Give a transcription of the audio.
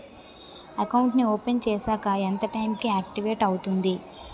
Account నీ open చేశాక ఎంత టైం కి ఆక్టివేట్ అవుతుంది?